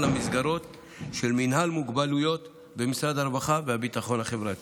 המסגרות של מינהל מוגבלויות במשרד הרווחה והביטחון החברתי.